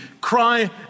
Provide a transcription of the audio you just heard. cry